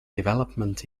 development